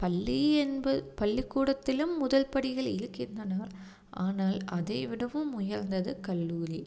பள்ளி என்ப பள்ளிக்கூடத்திலும் முதல் படிகள் இருக்கின்றன ஆனால் அதை விடவும் உயர்ந்தது கல்லூரி